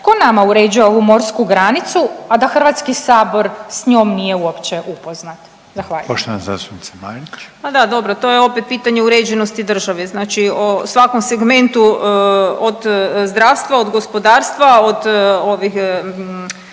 tko nama uređuje ovu morsku granicu, a da Hrvatski sabor s njom nije uopće upoznat? Zahvaljujem. **Reiner, Željko (HDZ)** Poštovana zastupnica Marić. **Marić, Andreja (SDP)** A da dobro, to je opet pitanje uređenosti države. Znači u svakom segmentu od zdravstva, od gospodarstva, od ovih